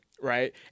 right